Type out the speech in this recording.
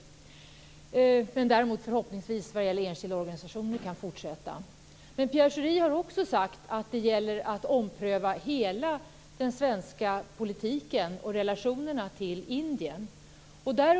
Däremot kan det, förhoppningsvis, fortsätta vad gäller enskilda organisationer. Pierre Schori har också sagt att det gäller att ompröva hela den svenska politiken och relationerna till Indien.